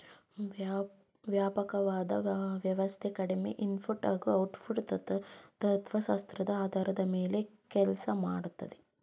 ವ್ಯಾಪಕವಾದ ವ್ಯವಸ್ಥೆ ಕಡಿಮೆ ಇನ್ಪುಟ್ ಹಾಗೂ ಔಟ್ಪುಟ್ ತತ್ವಶಾಸ್ತ್ರದ ಆಧಾರದ ಮೇಲೆ ಕೆಲ್ಸ ಮಾಡ್ತದೆ